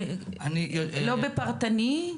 לא באופן פרטני,